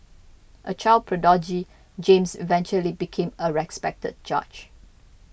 a child prodigy James eventually became a respected judge